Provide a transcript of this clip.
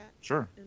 sure